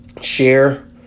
share